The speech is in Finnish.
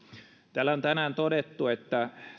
täällä on tänään todettu että